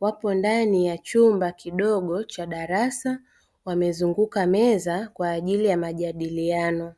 wapo ndani ya chumba kidogo cha darasa, wamezunguka meza kwa ajili ya majadiliano.